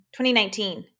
2019